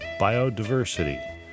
biodiversity